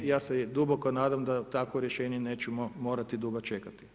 Ja se duboko nadam da takvo rješenje nećemo morati dugo čekati.